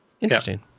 Interesting